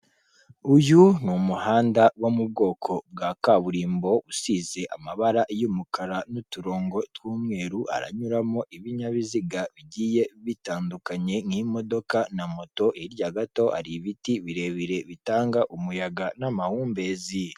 Uyu ni umuhanda wo mu bwoko bwa kaburimbo usize amabara y'umukara n'uturongo tw'umweru, aranyuramo ibinyabiziga bigiye bitandukanye, nk'imodoka na moto, hirya gato hari ibiti birebire bitanga umuyaga n'amahumbezi.